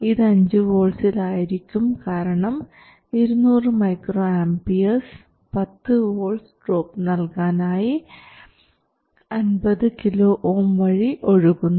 ഇത് 5 വോൾട്ട്സിൽ ആയിരിക്കും കാരണം 200 മൈക്രോആംപിയർസ് 10 വോൾട്ട്സ് ഡ്രോപ് നൽകാനായി 50 kΩ വഴി ഒഴുകുന്നു